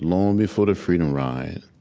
long before the freedom rides,